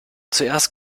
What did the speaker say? zuerst